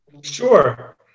sure